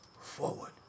forward